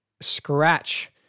scratch